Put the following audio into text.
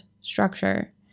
structure